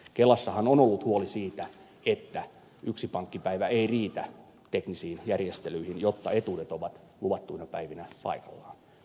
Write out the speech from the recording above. kelassahan on ollut huolta siitä että yksi pankkipäivä ei riitä teknisiin järjestelyihin jotta etuudet ovat luvattuina päivinä paikallaan tileillä